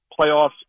playoffs